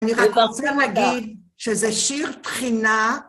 אני רוצה להגיד שזה שיר תחינה.